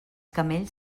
camells